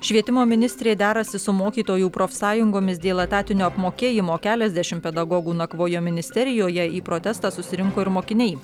švietimo ministrė derasi su mokytojų profsąjungomis dėl etatinio apmokėjimo keliasdešimt pedagogų nakvojo ministerijoje į protestą susirinko ir mokiniai